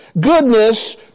goodness